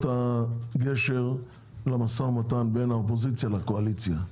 הגשר למשא ומתן בין האופוזיציה לקואליציה.